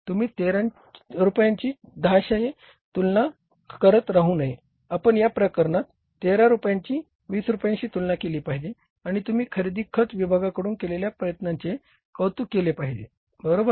तुम्ही 13 रुपयांची 10 च्याशी तुलना करत राहू नये आपण या प्रकरणात 13 रुपयांची 20 रुपयांशी तुलना केली पाहिजे आणि तुम्ही खरेदीखत विभागाकडून केलेल्या प्रयत्नांचे कौतुक केले पाहिजे बरोबर